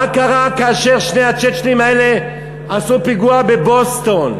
מה קרה כאשר שני הצ'צ'נים האלה עשו פיגוע בבוסטון?